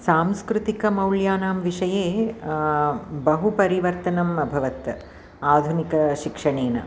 सांस्कृतिकमौल्यानां विषये बहु परिवर्तनम् अभवत् आधुनिकशिक्षणेन